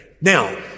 Now